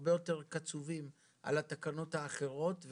הרבה יותר קצובים על התקנות האחרות.